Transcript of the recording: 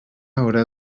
haurà